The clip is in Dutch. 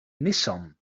nissan